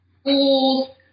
schools